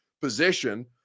position